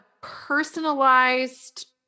personalized